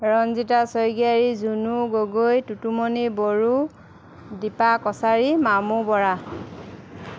Ranjita Swargiary Junu Gogoi Tutumoni Boro Dipa Kachari Mamu Bora